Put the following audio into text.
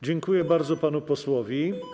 Dziękuję bardzo panu posłowi.